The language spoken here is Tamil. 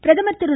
பிரதமர் திரு